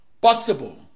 possible